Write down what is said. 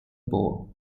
bore